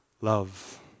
love